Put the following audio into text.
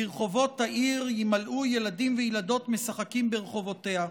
ורחֹבות העיר יִמלאו ילדים וילדות משחקים ברחֹבֹתיה".